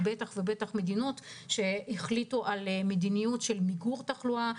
בטח מדינות שהחליטו על מדיניות של מיגור התחלואה.